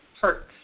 hurts